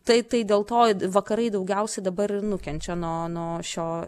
tai tai dėl to vakarai daugiausia dabar ir nukenčia nuo nuo šio